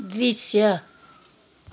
दृश्य